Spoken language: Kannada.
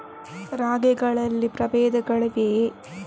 ರಾಗಿಗಳಲ್ಲಿ ಪ್ರಬೇಧಗಳಿವೆಯೇ?